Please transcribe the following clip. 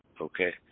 okay